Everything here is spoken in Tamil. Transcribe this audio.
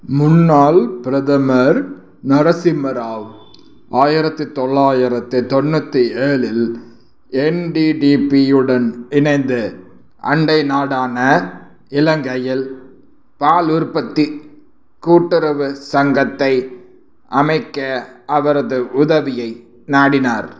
முன்னாள் பிரதமர் நரசிம்ம ராவ் ஆயிரத்தி தொள்ளாயிரத்தி தொண்ணூற்றி ஏழில் என்டிடிபியுடன் இணைந்து அண்டை நாடான இலங்கையில் பால் உற்பத்தி கூட்டுறவுச் சங்கத்தை அமைக்க அவரது உதவியை நாடினார்